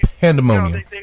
pandemonium